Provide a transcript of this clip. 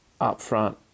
upfront